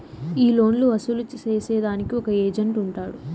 ఈ లోన్లు వసూలు సేసేదానికి ఒక ఏజెంట్ ఉంటాడు